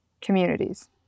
communities